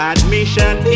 Admission